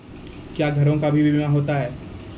क्या घरों का भी बीमा होता हैं?